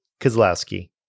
Kozlowski